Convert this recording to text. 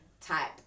type